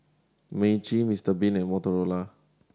Meiji Mister Bean and Motorola